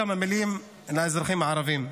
כמה מילים לאזרחים הערבים.